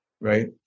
Right